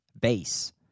base